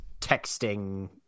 texting